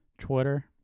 Twitter